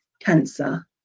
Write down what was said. cancer